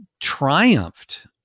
triumphed